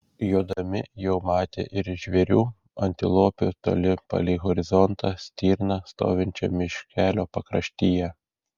jodami jau matė ir žvėrių antilopių toli palei horizontą stirną stovinčią miškelio pakraštyje